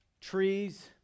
Trees